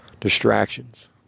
distractions